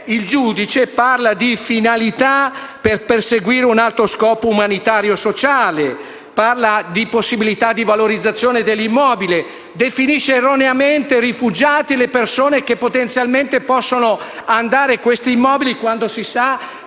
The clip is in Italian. il giudice ha parlato di finalità per perseguire un alto scopo umanitario e sociale e di possibilità di valorizzazione dell'immobile, definendo erroneamente «rifugiate» le persone che potenzialmente possono andare ad occupare questi immobili, visto che si sa che